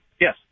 Yes